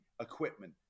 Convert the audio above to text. equipment